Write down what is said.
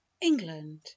england